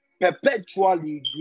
perpetually